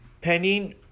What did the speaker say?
pending